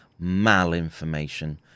malinformation